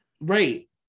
Right